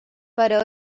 però